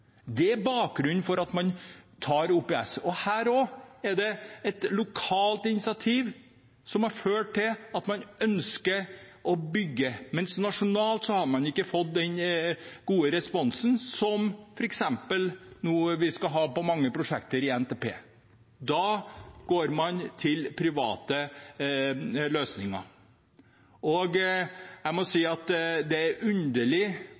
Det er bakgrunnen for at man velger OPS. Her er det også et lokalt initiativ som har ført til at man ønsker å bygge, men nasjonalt har man ikke fått den gode responsen på f.eks. mange av prosjektene vi skal ha i NTP. Da går man for private løsninger. Jeg må si det er underlig